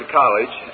college